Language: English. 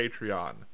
Patreon